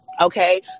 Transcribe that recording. Okay